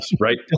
right